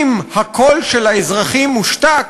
אם הקול של האזרחים מושתק,